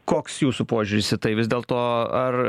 koks jūsų požiūris į tai vis dėlto ar